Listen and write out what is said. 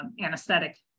anesthetic